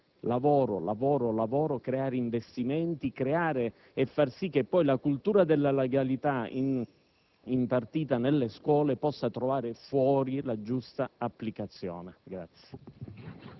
lavoro, lavoro, lavoro; creare investimenti e far sì che la cultura della legalità impartita nelle scuole possa trovare fuori la giusta applicazione. [DI